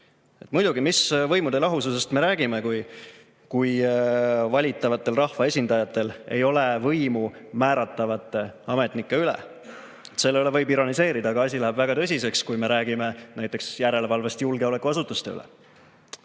Muidugi, mis võimude lahususest me räägime, kui valitavatel rahvaesindajatel ei ole võimu määratavate ametnike üle? Selle üle võib ironiseerida, aga asi läheb väga tõsiseks, kui me räägime näiteks järelevalvest julgeolekuasutuste üle.